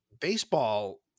baseball